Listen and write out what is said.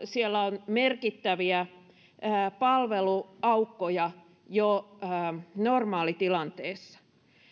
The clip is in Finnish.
siellä on merkittäviä palveluaukkoja jo normaalitilanteessa